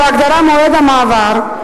בהגדרה של "מועד המעבר",